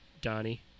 Donnie